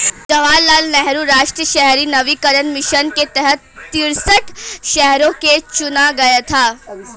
जवाहर लाल नेहरू राष्ट्रीय शहरी नवीकरण मिशन के तहत तिरेसठ शहरों को चुना गया था